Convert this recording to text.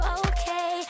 okay